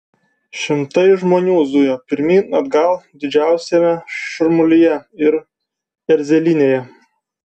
šimtai žmonių zujo pirmyn atgal didžiausiame šurmulyje ir erzelynėje